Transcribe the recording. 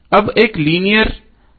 अब एक linear circuit क्या है